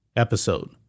episode